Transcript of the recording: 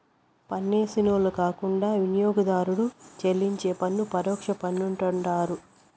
పన్నేసినోళ్లు కాకుండా వినియోగదారుడు చెల్లించే పన్ను పరోక్ష పన్నంటండారు